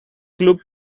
club